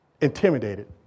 intimidated